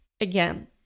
Again